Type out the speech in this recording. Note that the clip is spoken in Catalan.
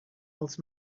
els